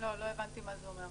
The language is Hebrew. לא הבנתי מה זה אומר.